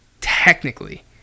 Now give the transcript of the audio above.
Technically